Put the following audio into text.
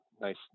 Nice